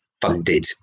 funded